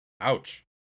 Ouch